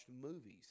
movies